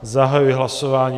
Zahajuji hlasování.